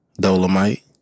Dolomite